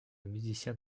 musiciens